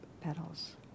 petals